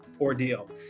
ordeal